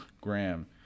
Graham